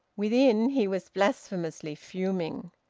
within, he was blasphemously fuming.